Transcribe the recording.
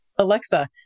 Alexa